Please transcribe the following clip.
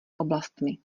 oblastmi